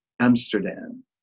Amsterdam